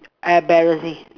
embarrassing